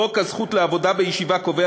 חוק הזכות לעבודה בישיבה קובע,